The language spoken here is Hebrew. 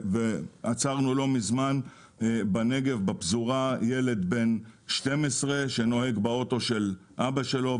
ועצרנו לא מזמן בפזורה בנגב ילד בן 12 שנוהג באוטו של אבא שלו,